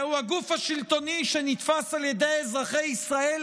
זהו הגוף השלטוני שנתפס על ידי אזרחי ישראל